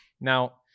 now